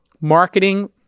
marketing